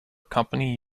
company